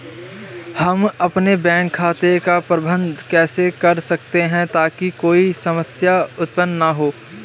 हम अपने बैंक खाते का प्रबंधन कैसे कर सकते हैं ताकि कोई समस्या उत्पन्न न हो?